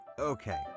Okay